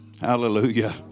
Hallelujah